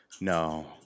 No